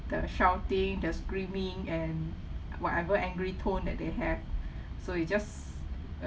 the shouting the screaming and whatever angry tone that they have so it just err